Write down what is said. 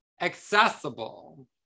accessible